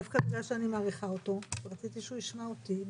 דווקא בגלל שאני מעריכה אותו רציתי שהוא ישמע אותי.